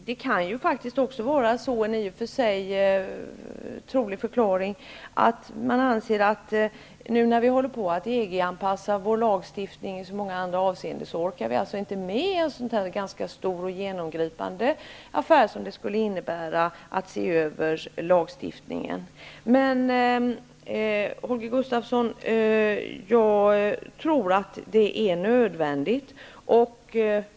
Det kan ju faktiskt vara så -- det är i och för sig en trolig förklaring -- att man anser att vi nu när vi håller på och EG-anpassar vår lagstiftning i så många andra avseenden inte orkar med en sådan ganska stor och genomgripande uppgift som det skulle vara att se över lagstiftningen också i det här avseendet. Men jag tror att det är nödvändigt, Holger Gustafsson.